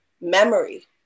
memory